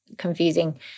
Confusing